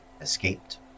escaped